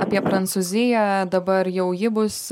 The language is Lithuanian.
apie prancūziją dabar jau ji bus